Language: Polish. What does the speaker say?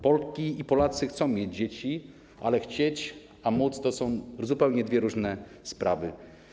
Polki i Polacy chcą mieć dzieci, ale chcieć, a móc to są dwie zupełnie różne sprawy.